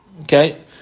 Okay